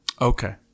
okay